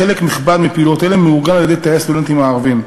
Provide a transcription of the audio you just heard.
חלק נכבד מפעילויות אלה מאורגן על-ידי תאי הסטודנטים הערבים.